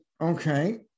okay